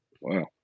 Wow